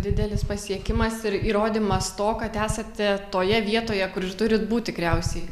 didelis pasiekimas ir įrodymas to kad esate toje vietoje kur ir turit būt tikriausiai